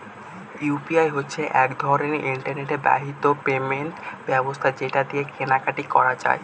UPI হচ্ছে এক রকমের ইন্টারনেট বাহিত পেমেন্ট ব্যবস্থা যেটা দিয়ে কেনা কাটি করা যায়